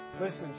listen